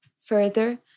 further